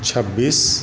छब्बीस